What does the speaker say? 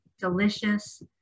delicious